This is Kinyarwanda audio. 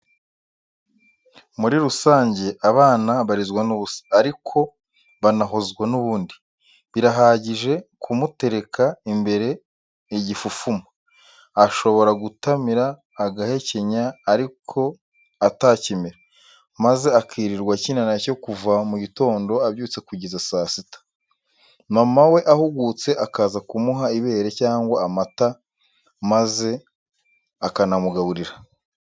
Muri rusange abana barizwa n'ubusa ariko banahozwa n'ubundi, birahagije kumutereka imbere igifufuma, ashobora gutamira, agahekenya ariko atakimira, maze akirirwa akina na cyo kuva mu gitondo abyutse kugeza saa sita, mama we ahugutse akaza kumuha ibere cyangwa amata maze akanamugaburira.